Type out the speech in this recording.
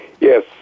Yes